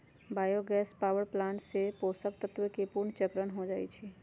bio gas power plant से पोषक तत्वके पुनर्चक्रण हो जाइ छइ